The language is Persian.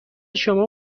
شما